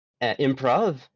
improv